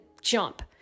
jump